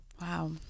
Wow